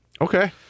Okay